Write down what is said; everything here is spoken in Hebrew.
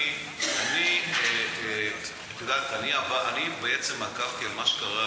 אני עקבתי אחרי מה שקרה,